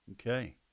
Okay